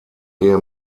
ehe